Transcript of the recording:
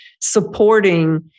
supporting